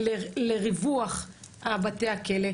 אתם פוגעים פגיעה אנושה בזכויות האסירים.